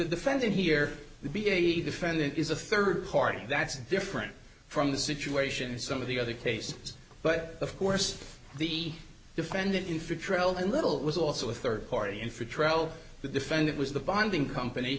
defendant here would be a defendant is a third party that's different from the situation in some of the other cases but of course the defendant in three trailed in little was also a third party and for trial the defendant was the bonding company